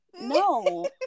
no